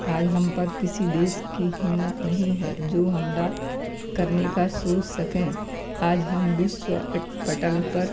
आज हम पर किसी देश की हिम्मत नहीं है जो हमला करने का सोच सकें आज हम विश्व अट पटल पर